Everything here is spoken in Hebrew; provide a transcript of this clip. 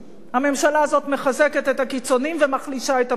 הממשלה הזאת מחזקת את הקיצונים ומחלישה את המתונים.